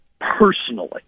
Personally